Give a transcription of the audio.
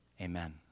amen